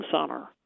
center